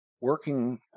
working